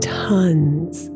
tons